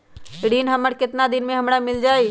ऋण हमर केतना दिन मे हमरा मील जाई?